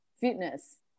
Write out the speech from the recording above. fitness